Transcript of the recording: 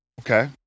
Okay